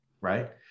Right